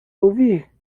ouvir